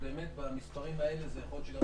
ובאמת במספרים האלה יכול להיות שגם